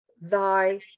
Thy